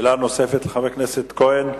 שאלה נוספת לחבר הכנסת כהן.